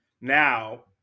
now